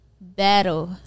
battle